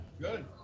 good